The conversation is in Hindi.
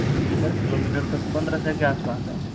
जी सर किलोमीटर तो पंद्रह सै के आस पास है